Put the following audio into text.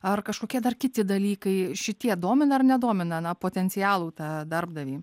ar kažkokie dar kiti dalykai šitie domina ar nedomina potencialų tą darbdavį